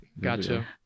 gotcha